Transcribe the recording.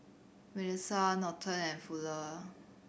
Milissa Norton and Fuller